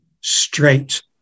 straight